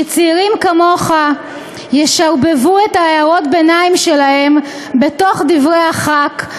שצעירים כמוך ישרבבו את הערות הביניים שלהם בתוך דברי הח"כ,